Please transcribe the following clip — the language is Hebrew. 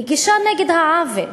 היא גישה נגד העוול.